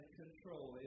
control